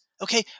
okay